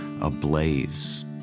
ablaze